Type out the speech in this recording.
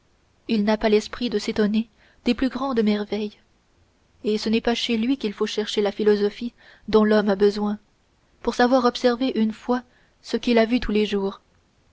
il n'a pas l'esprit de s'étonner des plus grandes merveilles et ce n'est pas chez lui qu'il faut chercher la philosophie dont l'homme a besoin pour savoir observer une fois ce qu'il a vu tous les jours